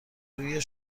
روی